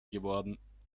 geworden